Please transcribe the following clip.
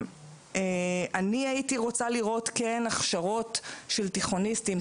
הייתי רוצה לראות הכשרות של תיכוניסטים,